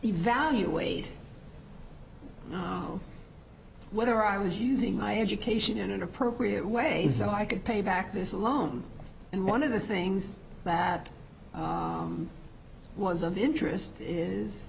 evaluate oh whether i was using my education in inappropriate ways so i could pay back this loan and one of the things that was of interest is